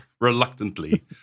Reluctantly